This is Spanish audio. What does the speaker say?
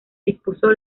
dispuso